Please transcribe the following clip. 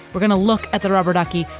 we're going to look at the rubber ducky,